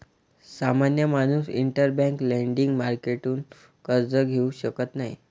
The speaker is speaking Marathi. सामान्य माणूस इंटरबैंक लेंडिंग मार्केटतून कर्ज घेऊ शकत नाही